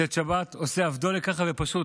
בצאת השבת, עושה הבדלה ופשוט